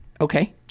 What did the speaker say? Okay